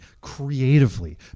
creatively